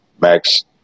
Max